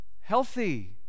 Healthy